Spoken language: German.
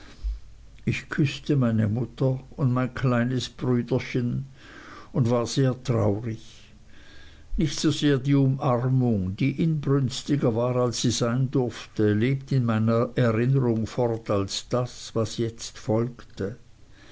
ich küßte meine mutter und mein kleines brüderchen und war sehr traurig nicht so sehr die umarmung die inbrünstiger war als sie sein durfte lebt in meiner erinnerung fort als das was jetzt folgte